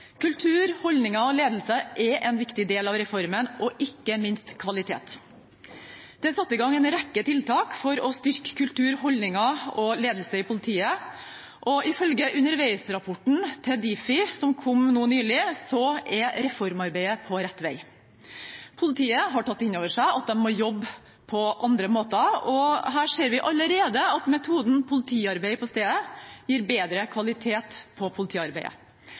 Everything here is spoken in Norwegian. Kultur, holdninger og ledelse er en viktig del av reformen – og ikke minst kvalitet. Det er satt i gang en rekke tiltak for å styrke kultur, holdninger og ledelse i politiet, og ifølge underveisrapporten fra Difi som kom nå nylig, er reformarbeidet på rett vei. Politiet har tatt inn over seg at de må jobbe på andre måter, og her ser vi allerede at metoden politiarbeid-på-stedet gir bedre kvalitet på politiarbeidet.